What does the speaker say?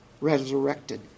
resurrected